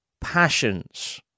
passions